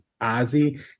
Ozzy